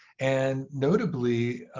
and notably,